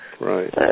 Right